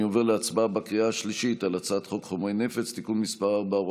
אני עובר להצבעה בקריאה השלישית על הצעת חוק חומרי נפץ (תיקון מס' 4,